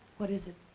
what is it?